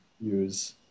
use